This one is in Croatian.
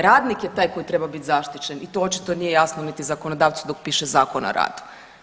Radnik je taj koji treba biti zaštićen i to je očito nije jasno niti zakonodavcu dok piše zakon o radu.